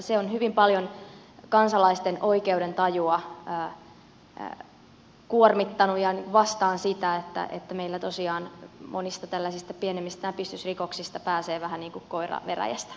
se on hyvin paljon kansalaisten oikeudentajua kuormittanut ja on sitä vastaan että meillä tosiaan monista pienemmistä näpistysrikoksista pääsee vähän niin kuin koira veräjästä